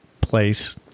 place